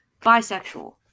bisexual